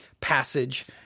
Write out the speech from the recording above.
passage